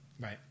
Right